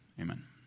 Amen